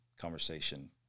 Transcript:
conversation